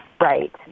right